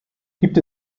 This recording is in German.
gibt